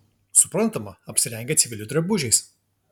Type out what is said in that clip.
suprantama apsirengę civilių drabužiais